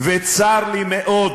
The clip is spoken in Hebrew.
וצר לי מאוד